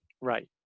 right